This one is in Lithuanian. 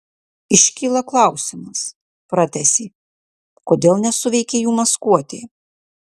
iškyla klausimas pratęsė kodėl nesuveikė jų maskuotė